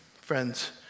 Friends